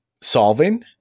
solving